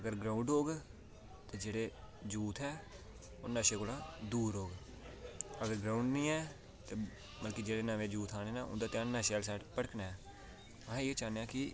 अगर ग्राऊंड होग ते जेह्ड़ा यूथ ऐ ओह् नशे कोला दूर रौह्ग ते अगर ग्राऊंड निं ऐं ते जेह्ड़ा नमां यूथ आना उंदा ध्यान नशे आह्ली बक्खी भटकना ऐ अस एह् चाह्ने कि